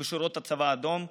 הצבא האדום.